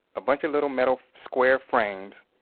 a bunch of little metal square frames,